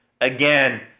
Again